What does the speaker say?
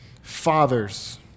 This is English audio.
fathers